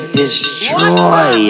destroy